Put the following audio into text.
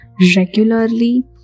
regularly